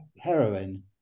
heroin